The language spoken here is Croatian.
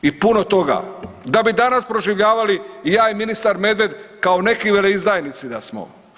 I puno toga, da bi danas proživljavali i ja i ministar Medved kao neki veleizdajnici da smo.